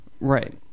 Right